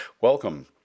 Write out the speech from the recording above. welcome